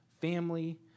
family